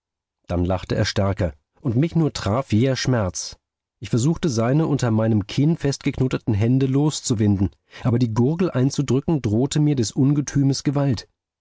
dann lachte er stärker und mich nur traf jäher schmerz ich versuchte seine unter meinem kinn festgeknoteten hände loszuwinden aber die gurgel einzudrücken drohte mir des ungetümes gewalt